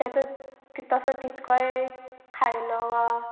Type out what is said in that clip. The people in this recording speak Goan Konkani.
ताचो तसो तितकोय खायलो वा